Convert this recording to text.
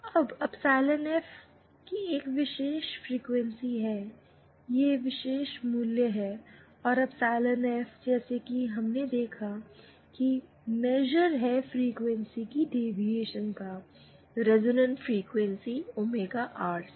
अब इस epsilon F की एक विशेष फ्रीक्वेंसी या विशेष मूल्य है और एप्सिलॉन एफ जैसा कि हमने देखा कि मेजर है फ्रीक्वेंसी की डेविएशन का रिजोनेंट फ्रीक्वेंसी ओमेगा आर से